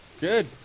Good